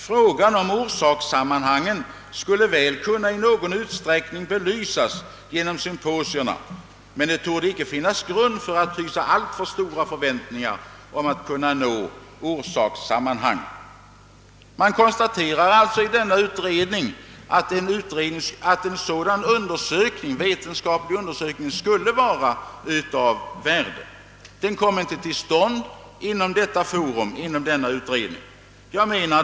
Frågan om orsakssammanhangen skulle väl kunna i någon utsträckning belysas genom symposierna men det torde icke finnas grund för att hysa alltför stora förväntningar om att kunna nå orsakssammanhangen.» Man konstaterar alltså i detta betänkande att en sådan vetenskaplig undersökning skulle vara av värde, men den gjordes inte inom denna utredning.